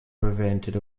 prevented